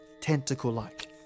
tentacle-like